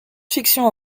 fiction